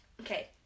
okay